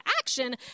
action